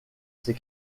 ses